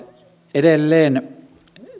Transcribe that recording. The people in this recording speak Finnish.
edelleen